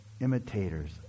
imitators